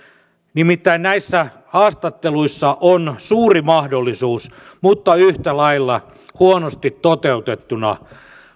nimittäin näissä haastatteluissa on suuri mahdollisuus mutta yhtä lailla huonosti toteutettuna